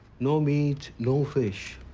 no meat, no fish.